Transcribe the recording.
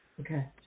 Okay